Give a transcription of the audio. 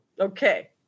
okay